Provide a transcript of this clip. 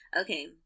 Okay